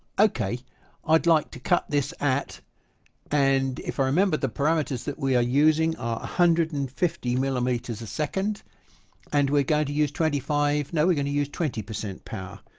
ok i'd like to cut this at and if i remember the parameters that we are using are a hundred and fifty millimeters a second and we're going to use twenty five, no we're going to use twenty percent power,